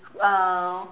uh